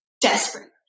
desperate